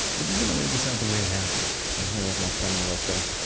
we're just going to lay this out the way it happened i'm here with my friend melissa,